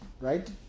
right